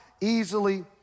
easily